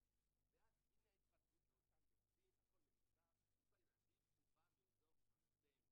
אנחנו רואים שרוב רובם של ההתפלגות שלפי האם הוא מוצא --- זה לצערי,